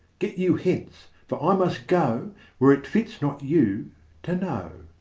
get you hence, for i must go where it fits not you to know.